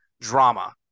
drama